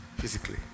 physically